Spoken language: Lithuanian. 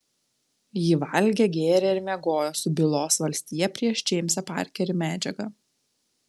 ji valgė gėrė ir miegojo su bylos valstija prieš džeimsą parkerį medžiaga